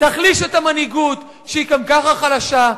ותחליש את המנהיגות, שהיא גם ככה חלשה.